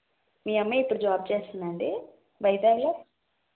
మీ అమ్మాయి ఇపుడు జాబ్ చేస్తుందా అండి వైజాగ్లో